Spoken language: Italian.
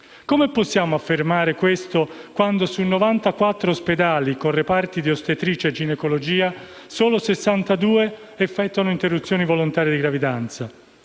Come possiamo affermare questo quando su 94 ospedali con reparti di ostetricia e ginecologia solo 62 effettuano interruzioni volontarie di gravidanza?